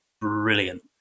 brilliant